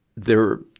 there,